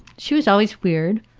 she was always weird.